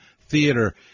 theater